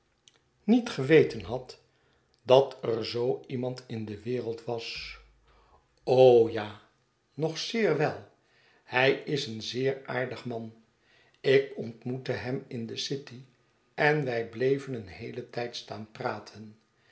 boz weten had dat er zoo iemand in de wereld was ja nog zeer wel hij is een zeer aardig man ik ontmoette hem in de city en wij bleven een heelen tijd staan praten